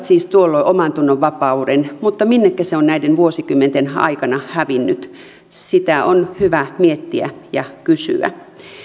siis tuolloin omantunnonvapauden mutta minnekä se on näiden vuosikymmenten aikana hävinnyt sitä on hyvä miettiä ja kysyä